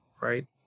right